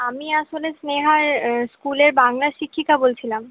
আমি আসলে স্নেহার স্কুলের বাংলা শিক্ষিকা বলছিলাম